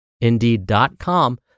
Indeed.com